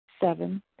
Seven